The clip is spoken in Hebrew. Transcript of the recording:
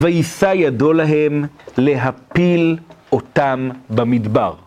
ויישא ידו להם להפיל אותם במדבר.